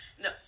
No